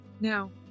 No